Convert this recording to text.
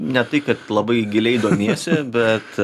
ne tai kad labai giliai domiesi bet